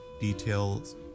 details